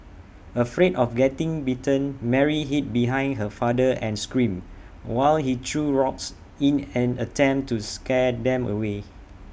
afraid of getting bitten Mary hid behind her father and screamed while he threw rocks in an attempt to scare them away